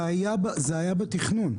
אדוני היושב-ראש, זה היה בתכנון.